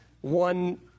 one